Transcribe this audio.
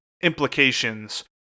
implications